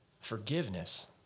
Forgiveness